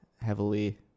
heavily